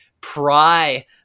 pry